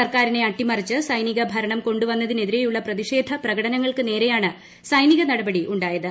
സർക്കാരിനെ അട്ടിമറിച്ച് സൈനിക് ് ഭരണം കൊണ്ടുവന്നതിനെതിരെയുള്ള പ്രതിഷേധ പ്രകടനങ്ങൾക്ക് നേരെയാണ് സൈനിക നടപടി ഉണ്ടായത്